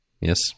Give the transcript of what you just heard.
Yes